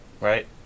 Right